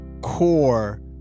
core